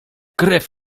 krew